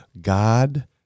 God